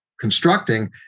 constructing